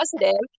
positive